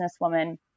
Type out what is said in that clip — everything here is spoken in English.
businesswoman